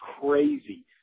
crazy